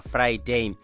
Friday